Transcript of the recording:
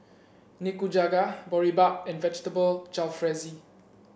Nikujaga Boribap and Vegetable Jalfrezi